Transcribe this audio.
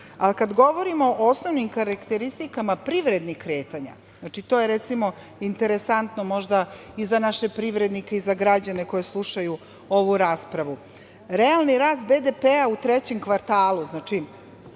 politiku. Kada govorimo o osnovnim karakteristikama privrednih kretanja, to je, recimo, interesantno možda i za naše privrednike i za građane koji slušaju ovu raspravu, realni rast BDP-a u trećem kvartalu, nakon